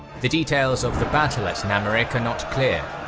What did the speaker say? the details of the battle of namariq are not clear,